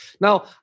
Now